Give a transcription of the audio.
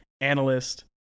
analyst